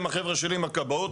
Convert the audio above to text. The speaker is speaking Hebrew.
עם כל הכבוד,